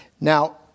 Now